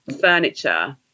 furniture